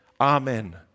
Amen